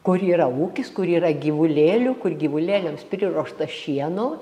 kur yra ūkis kur yra gyvulėlių kur gyvulėliams priruošta šieno